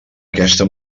aquesta